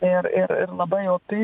ir ir ir labai opi